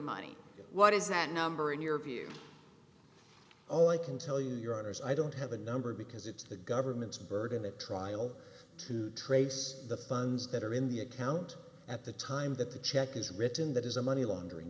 money what is that number in your view all i can tell you your honor is i don't have a number because it's the government's burden at trial to trace the funds that are in the account at the time that the check is written that is a money laundering